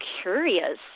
curious